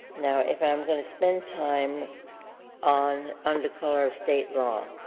now, if i'm going to spend time on under color of state law,